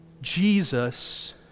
Jesus